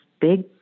big